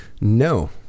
No